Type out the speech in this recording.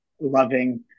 loving